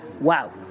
wow